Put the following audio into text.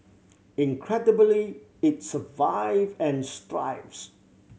incredibly it survived and thrives